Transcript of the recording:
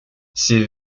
ces